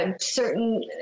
certain